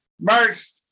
March